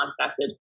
contacted